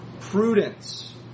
prudence